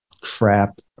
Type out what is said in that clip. Crap